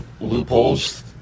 loopholes